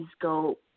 go